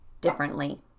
differently